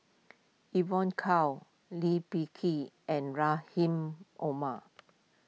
Evon Kow Lee Peh Gee and Rahim Omar